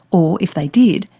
or if they did,